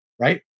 right